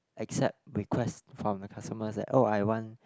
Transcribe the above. accept requests from the customers like oh I want